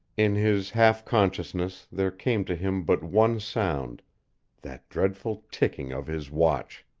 in his half-consciousness there came to him but one sound that dreadful ticking of his watch.